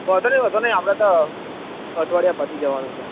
વાંધો નય વાંધો નય આપડે તો અઠવાડિયા પછી જવાનું છે